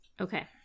Okay